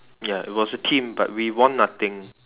ya it was a team but we won nothing